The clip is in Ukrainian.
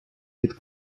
під